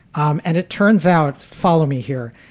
um and it turns out, follow me here.